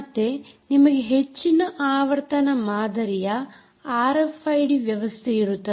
ಮತ್ತೆ ನಿಮಗೆ ಹೆಚ್ಚಿನ ಆವರ್ತನ ಮಾದರಿಯ ಆರ್ಎಫ್ಐಡಿ ವ್ಯವಸ್ಥೆಯಿರುತ್ತದೆ